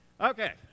Okay